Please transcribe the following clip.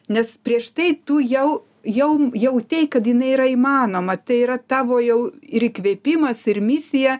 nes prieš tai tu jau jau jautei kad jinai yra įmanoma tai yra tavo jau ir įkvėpimas ir misija